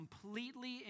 completely